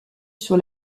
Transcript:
sur